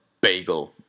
bagel